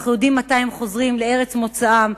אנחנו יודעים מתי הם חוזרים לארץ מוצאם.